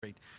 Great